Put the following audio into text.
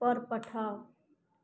पर पठाउ